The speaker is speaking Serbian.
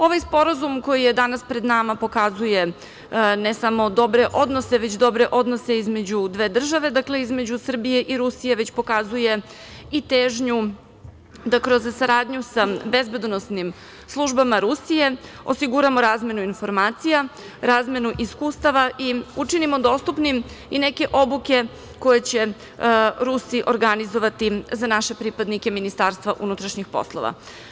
Ovaj sporazum koji je danas pred nama pokazuje ne samo dobre odnose između dve države, dakle, između Srbije i Rusije, već pokazuje i težnju da kroz saradnju sa bezbednosnim službama Rusije osiguramo razmenu informacija, razmenu iskustava i učinimo dostupnim i neke obuke koje će Rusi organizovati za naše pripadnike Ministarstva unutrašnjih poslova.